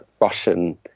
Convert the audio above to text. Russian